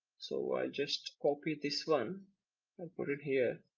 so i just copy this one and put it here